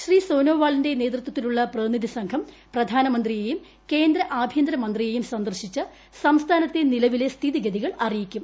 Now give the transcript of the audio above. ശ്രീ സോനോവാളിന്റെ നേതൃത്വത്തിലുള്ള പ്രതിനിധി സംഘം പ്രധാനമന്ത്രിയേയും കേന്ദ്ര ആഭ്യന്തര മന്ത്രിയേയും സന്ദർശിച്ച് സംസ്ഥാനത്തെ നിലവിലെ സ്ഥിതിഗതികൾ അറിയിക്കും